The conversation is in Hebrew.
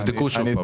תבדקו שוב.